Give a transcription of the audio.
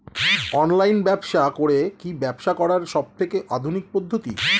Online ব্যবসা করে কি ব্যবসা করার সবথেকে আধুনিক পদ্ধতি?